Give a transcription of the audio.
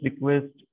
request